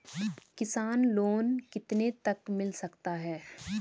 किसान लोंन कितने तक मिल सकता है?